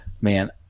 Man